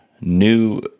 new